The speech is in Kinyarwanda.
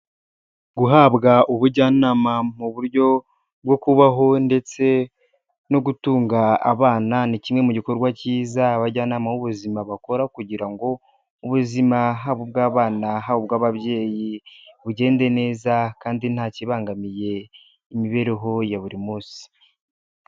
Guhabwa ubujyanama mu buryo bwo kubaho ndetse no gutunga abana, ni kimwe mu gikorwa cyiza abajyanama b'ubuzima bakora kugira ngo ubuzima haba ubw'abana, haba ubw'ababyeyi bugende neza kandi nta kibangamiye imibereho ya buri munsi.